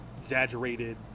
exaggerated